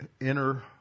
inner